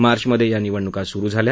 मार्चमधे या निवडणुका सुरू झाल्या